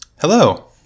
Hello